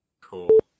cool